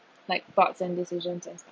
like bucks and decisions themselves